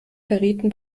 verrieten